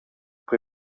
per